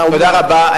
תודה רבה.